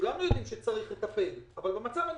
כולנו יודעים שצריך לטפל, אבל במצב הנוכחי,